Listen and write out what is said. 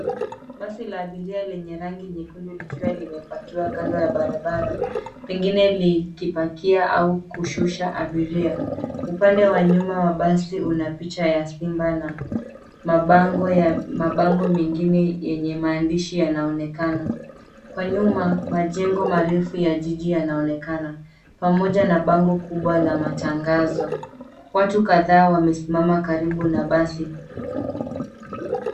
Basi la abiria lenye rangi nyekundu likiwa limepakiwa kando ya barabara, pengine likipakia au kushusha abiria. Upande wa nyuma wa basi una picha ya simba na mabango mengine yenye maandishi yanaonekana. Kwa nyuma majengo marefu ya jiji yanaonekana, pamoja na bango kubwa la matangazo. Watu kadhaa wamesimama karibu na basi.